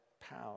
power